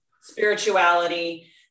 spirituality